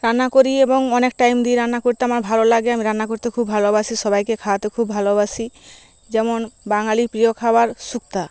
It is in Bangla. রান্না করি এবং অনেক টাইম দিই রান্না করতে আমার ভালো লাগে আমি রান্না করতে খুব ভালোবাসি সবাইকে খাওয়াতে খুব ভালোবাসি যেমন বাঙালির প্রিয় খাবার শুক্তো